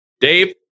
Dave